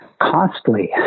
costly